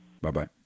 Bye-bye